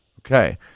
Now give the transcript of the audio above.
Okay